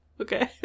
Okay